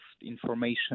information